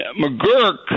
McGurk